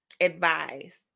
advise